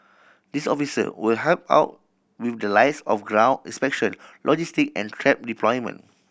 these officer will help out with the likes of ground inspection logistic and trap deployment